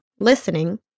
Listening